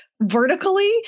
vertically